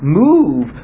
move